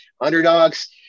underdogs